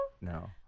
no